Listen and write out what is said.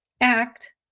act